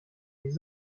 des